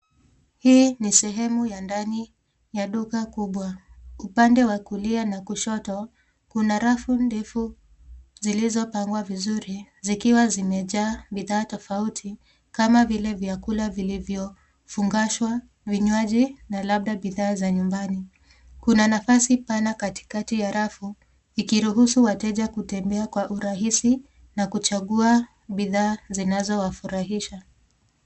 Hii ni sehemu ya ndani ya duka kubwa. Upande wa kulia na wa kushoto, kuna rafu ndefu zilizopangwa vizuri zikiwa zimejaa bidhaa tofauti kama vile vyakula vilivyofungashwa, vinywaji na labda bidhaa za nyumbani. Kuna nafasi pana katikati ya rafu ikiruhusu wateja kutembea kwa urahisi na kuchagua bidhaa zinazowafurahisha.